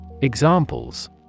Examples